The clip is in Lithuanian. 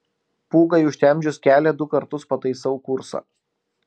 pūgai užtemdžius kelią du kartus pataisau kursą